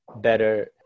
better